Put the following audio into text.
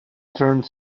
turned